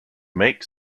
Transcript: make